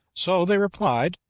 so they replied,